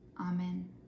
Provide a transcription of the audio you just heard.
Amen